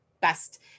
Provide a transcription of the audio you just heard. best